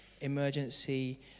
emergency